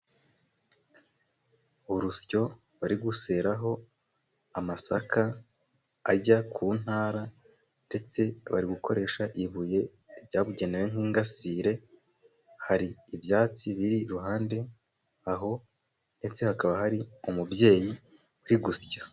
Urusyo bari gusyaho amasaka ajya ku ntara, ndetse bari gukoresha ibuye ryabugenewe nk'ingasire, hari ibyatsi biri iruhande aho, ndetse hakaba hari umubyeyi uri gusya.